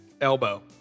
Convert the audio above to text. Elbow